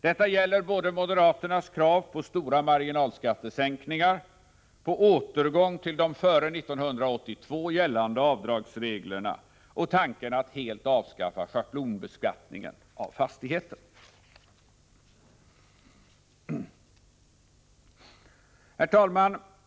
Detta gäller både moderaternas krav på stora marginalskattesänkningar, deras krav på återgång till de före 1982 gällande avdragsreglerna och tanken på att helt avskaffa schablonbeskattningen av fastigheter. Herr talman!